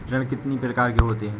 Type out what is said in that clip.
ऋण कितनी प्रकार के होते हैं?